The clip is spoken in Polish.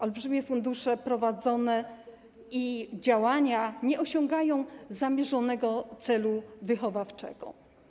Olbrzymie fundusze i prowadzone działania nie osiągają zamierzonego celu wychowawczego.